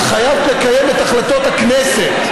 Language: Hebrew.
התחייבת לקיים את החלטות הכנסת.